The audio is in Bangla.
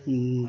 হুম